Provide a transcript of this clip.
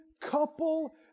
couple